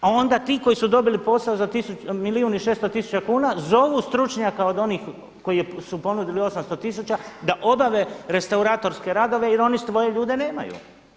A onda ti koji su dobili posao za milijun i 600 tisuća kuna zovu stručnjaka od onih koji su ponudili 800 tisuća da obave restauratorske radove jer oni svoje ljude nemaju.